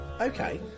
okay